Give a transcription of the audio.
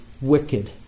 wicked